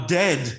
dead